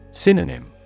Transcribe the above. Synonym